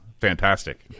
fantastic